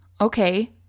okay